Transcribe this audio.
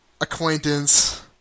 acquaintance